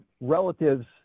relatives